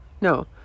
no